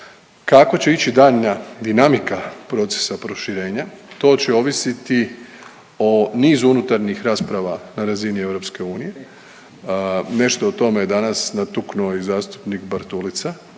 Kako će ići daljnja dinamika procesa proširenja to će ovisiti o nizu unutarnjih rasprava na razini EU. Nešto o tome je danas natuknuo i zastupnik Bartulica,